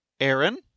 Aaron